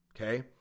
okay